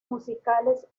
musicales